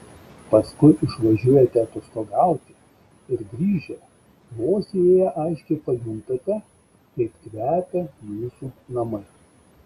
paskui išvažiuojate atostogauti ir grįžę vos įėję aiškiai pajuntate kaip kvepia jūsų namai